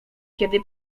kiedy